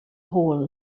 hole